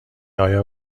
ایا